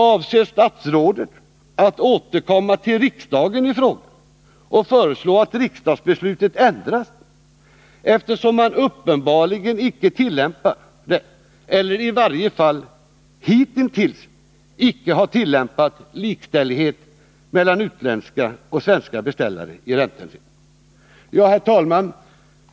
Avser statsrådet återkomma till riksdagen i frågan och föreslå att riksdagsbeslutet ändras, eftersom man uppenbarligen icke tillämpar det eller i varje fall hittills icke har tillämpat likställighet mellan utländska och svenska beställare i räntehänseende? Herr talman!